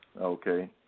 Okay